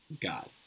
God